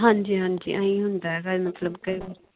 ਹਾਂਜੀ ਹਾਂਜੀ ਐਂਈਂ ਹੁੰਦਾ ਘਰ ਮਤਲਬ ਕਈ ਵਾਰੀ